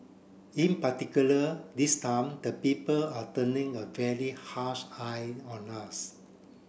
in particular this time the people are turning a very harsh eye on us